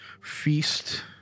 feast